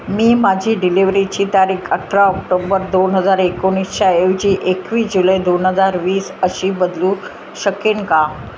मी माझी डिलिवरीची तारीख अठरा ऑक्टोबर दोन हजार एकोणीसच्या ऐवजी एकवीस जुलै दोन हजार वीस अशी बदलू शकेन का